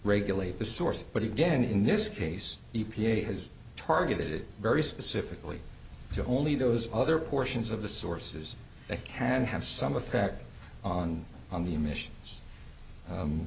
regulate the source but again in this case e p a has targeted very specifically so only those other portions of the sources that can have some effect on on the emissions